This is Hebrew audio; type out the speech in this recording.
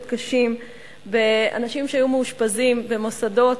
קשים באנשים שהיו מאושפזים במוסדות,